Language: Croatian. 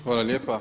Hvala lijepa.